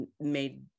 made